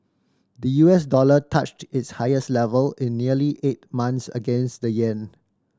the U S dollar touched its highest level in nearly eight months against the yen